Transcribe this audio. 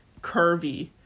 curvy